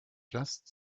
just